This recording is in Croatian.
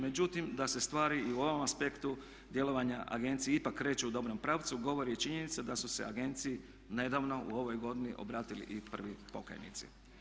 Međutim, da se stvari i u ovom aspektu djelovanja agencije ipak kreću u dobrom pravcu govori i činjenica da su se agenciji nedavno, u ovoj godini obratili i prvi pokajnici.